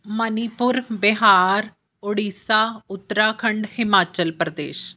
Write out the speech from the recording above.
Manipur Bihar Odisha Uttarakhand Himachal Pradesh